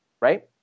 right